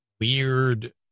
weird